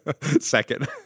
Second